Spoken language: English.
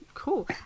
Cool